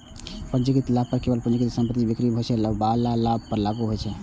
पूंजीगत लाभ कर केवल पूंजीगत संपत्तिक बिक्री सं होइ बला लाभ पर लागू होइ छै